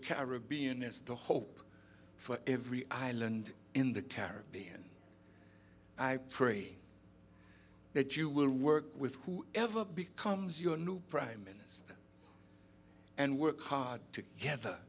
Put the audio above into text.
caribbean is the hope for every island in the caribbean i pray that you will work with who ever becomes your new prime minister and work hard toget